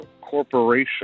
Corporation